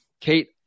Kate